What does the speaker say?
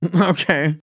Okay